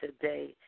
today